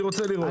אני רוצה לראות,